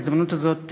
בהזדמנות הזאת,